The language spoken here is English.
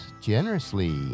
generously